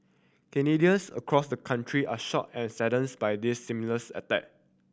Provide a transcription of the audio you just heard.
Canadians across the country are shocked and by this seamless attack